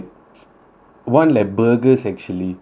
one like burgers actually